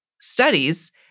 studies